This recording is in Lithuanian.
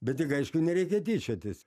bet tik aišku nereikia tyčiotis